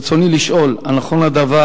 רצוני לשאול: 1. האם נכון הדבר?